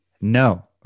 No